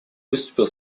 выступил